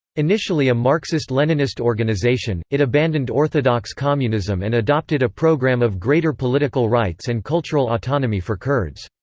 initially a marxist-leninist organization, it abandoned orthodox communism and adopted a program of greater political rights and cultural autonomy for kurds.